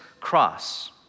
cross